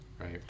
Right